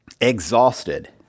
exhausted